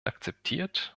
akzeptiert